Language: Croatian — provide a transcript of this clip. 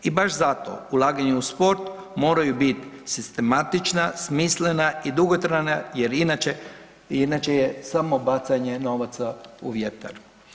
I baš zato ulaganja u sport moraju biti sistematična, smislena i dugotrajna jer inače, inače je samo bacanje novaca u vjetar.